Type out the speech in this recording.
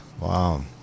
Wow